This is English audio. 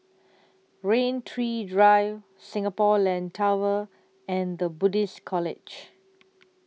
Rain Tree Drive Singapore Land Tower and The Buddhist College